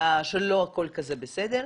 שלא הכול כזה בסדר.